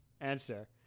answer